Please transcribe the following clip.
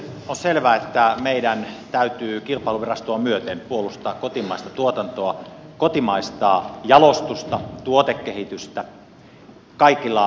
on selvää että meidän täytyy kilpailuvirastoa myöten puolustaa kotimaista tuotantoa kotimaista jalostusta tuotekehitystä kaikilla mahdollisilla tavoilla